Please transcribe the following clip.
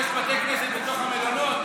יש בתי כנסת בתוך המלונות.